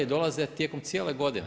I dolaze tijekom cijele godine.